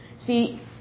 See